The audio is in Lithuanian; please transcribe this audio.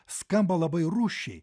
skamba labai rūsčiai